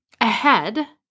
ahead